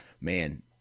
man